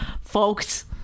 folks